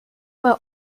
bei